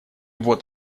вот